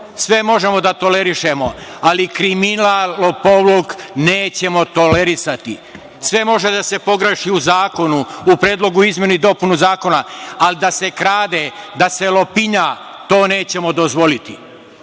sve možemo da tolerišemo, ali kriminal i lopovluk nećemo tolerisati. Sve može da se pogreši u zakonu, u predlogu izmena i dopuna zakona, ali da se krade, da se lopinja, to nećemo dozvoliti. Kao